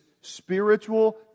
spiritual